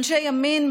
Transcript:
אנשי ימין,